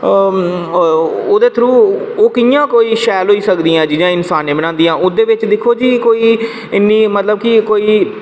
ते ओह् ओह्दे थ्रू कियां कोई शैल होई सकदियां जेह्ड़ियां इंसान बनांदियां उंदे बिच दिक्खो जी कोई इन्नी कोई